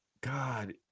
God